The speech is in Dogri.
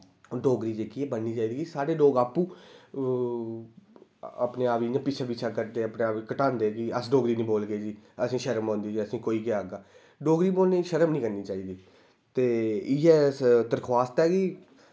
डोगरी जेह्की ऐ बढ़नी चाहिदी कि साढ़े लोग आपूं अपनी आप गी इ'यां पिच्छें पिच्छें करदे अपने आप गी घटांदे कि अस डोगरी निं बोलदे जी असें शर्म औंदी असें कोई केह् आंदा डोगरी बोलने च शर्म निं करनी चाहिदी ते इ'यै दरोखास्त ऐ कि